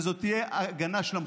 וזו תהיה הגנה של המחוקק.